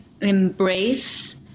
embrace